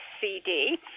CD